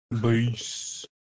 base